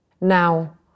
Now